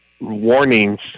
warnings